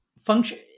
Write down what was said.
function